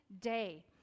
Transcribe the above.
day